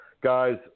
guys